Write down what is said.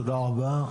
תודה רבה.